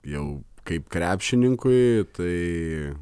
jau kaip krepšininkui tai